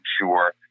sure